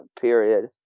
period